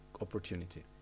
opportunity